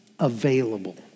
available